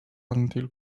until